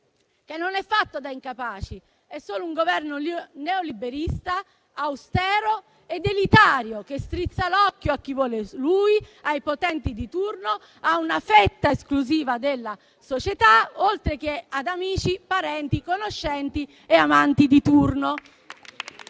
che non è fatto da incapaci; è solo un Governo neoliberista, austero ed elitario, che strizza l'occhio a chi vuole lui, ai potenti di turno, a una fetta esclusiva della società, oltre che ad amici, parenti, conoscenti e amanti di turno.